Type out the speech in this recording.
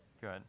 good